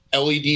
led